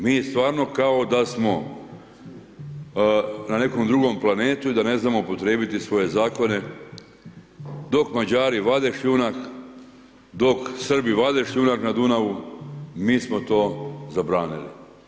Mi stvarno kao da smo na nekom drugom planetu i da ne znamo upotrijebiti svoje Zakone, dok Mađari vade šljunak, dok Srbi vade šljunak na Dunavu, mi smo to zabranili.